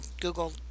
Google